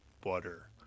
butter